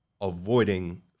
avoiding